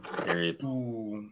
Period